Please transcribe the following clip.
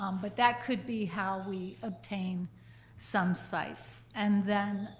um but that could be how we obtain some sites. and then,